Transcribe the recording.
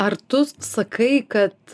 ar tu sakai kad